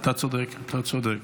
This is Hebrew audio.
אתה צודק, אתה צודק.